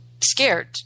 scared